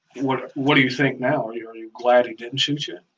what what do you think now? are you and you glad he didn't shoot you?